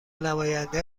نماینده